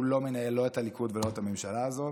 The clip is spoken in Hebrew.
הוא לא מנהל לא את הליכוד ולא את הממשלה הזאת.